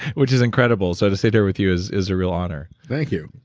which is incredible. so to sit here with you is is a real honor thank you